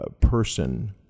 person